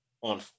on